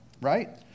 right